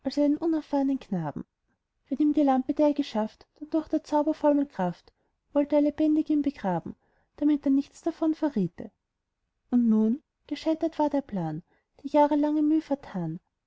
unerfahrnen knaben wenn ihm die lampe der geschafft dann durch der zauberformel kraft wollt er lebendig ihn begraben damit er nichts davon verriete und nun gescheitert war der plan die jahrelange müh vertan